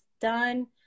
done